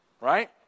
Right